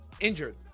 injured